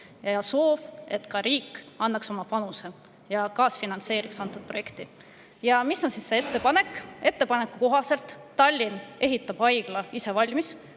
soovi, et riik annaks oma panuse ja kaasfinantseeriks antud projekti. Mis on see ettepanek? Ettepaneku kohaselt ehitab Tallinn haigla ise valmis,